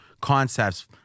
concepts